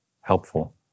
helpful